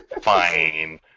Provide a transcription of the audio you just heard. Fine